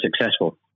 successful